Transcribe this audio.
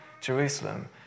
Jerusalem